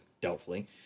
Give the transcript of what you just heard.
doubtfully